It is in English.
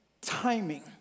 timing